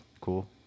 cool